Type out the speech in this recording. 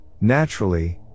naturally